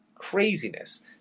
craziness